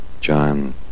John